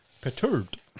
perturbed